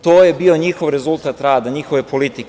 To je bio njihov rezultat rada njihove politike.